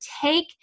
take